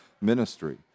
ministry